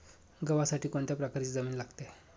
गव्हासाठी कोणत्या प्रकारची जमीन लागते?